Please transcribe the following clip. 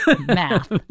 Math